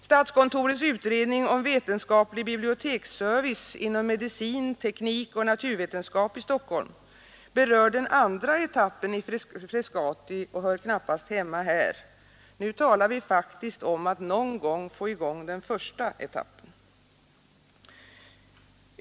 Statskontorets utredning om vetenskaplig biblioteksservice inom medicin, teknik och naturvetenskap i Stockholm berör den andra etappen i Frescati och hör knappast hemma här. Nu talar vi faktiskt om att någon gång få i gång den första etappen.